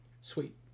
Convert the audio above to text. sweet